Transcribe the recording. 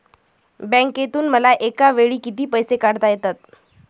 बँकेतून मला एकावेळी किती पैसे काढता येतात?